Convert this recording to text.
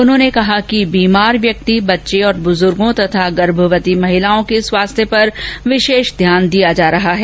उन्होंने कहा कि बीमार व्यक्ति बच्चे ब्रजुर्गो और गर्भवती महिलाओं के स्वास्थ्य पर विशेष ध्यान दिया जा रहा है